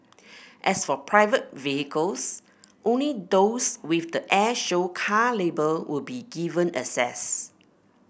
as for private vehicles only those with the air show car label will be given access